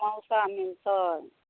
समौसा मिलतै